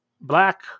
black